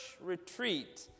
retreat